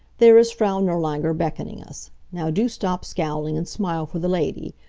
there is frau nirlanger beckoning us. now do stop scowling, and smile for the lady.